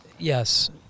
Yes